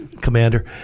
Commander